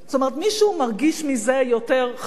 מישהו מרגיש מזה יותר חזק,